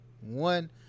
One